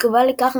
בתגובה לכך,